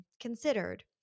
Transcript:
considered